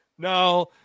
No